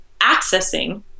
accessing